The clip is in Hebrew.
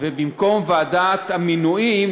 ובמקום ועדת המינויים,